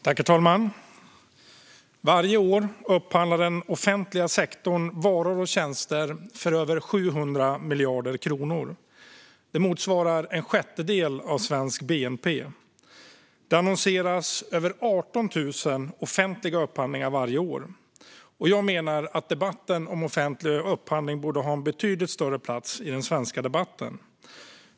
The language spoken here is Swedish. Herr talman! Varje år upphandlar den offentliga sektorn varor och tjänster för över 700 miljarder kronor. Det motsvarar en sjättedel av svensk bnp. Det annonseras över 18 000 offentliga upphandlingar varje år. Jag menar att debatten om offentlig upphandling borde ha en betydligt större plats i den svenska debatten.